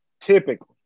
typically